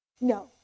No